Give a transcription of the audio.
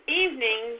evening